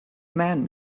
man